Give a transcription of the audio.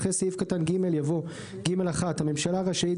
אחרי סעיף קטן (ג) יבוא: (ג1) הממשלה רשאית,